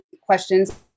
questions